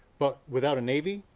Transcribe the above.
but without a navy,